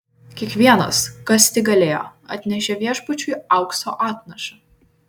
kiekvienas kas tik galėjo atnešė viešpačiui aukso atnašą